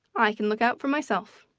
i can look out for myself.